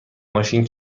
ماشین